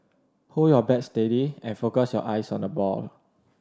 hold your bat steady and focus your eyes on the ball